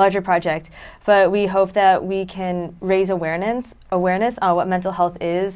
larger project but we hope that we can raise awareness awareness of what mental health is